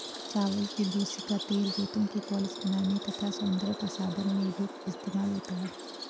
चावल की भूसी का तेल जूतों की पॉलिश बनाने तथा सौंदर्य प्रसाधन में भी इस्तेमाल होता है